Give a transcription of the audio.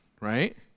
right